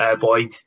Boyd